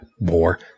more